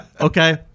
Okay